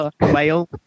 whale